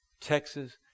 Texas